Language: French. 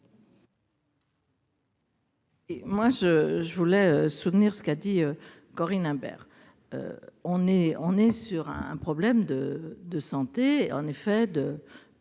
je, je voulais soutenir ce qu'a dit Corinne Imbert on est on est sur un problème de de santé en effet de